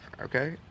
Okay